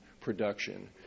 production